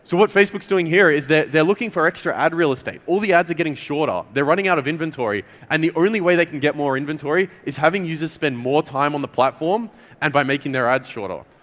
so what facebook's doing here is that they're looking for extra ad real estate. all the ads are getting shorter, they're running out of inventory, and the only way they can get more inventory is having users spend more time on the platform and by making their ads shorter.